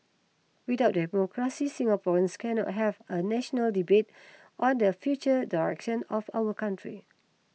without democracy Singaporeans cannot have a national debate on the future direction of our country